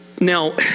Now